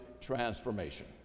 transformation